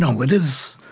what is